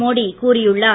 மோடி கூறியுள்ளார்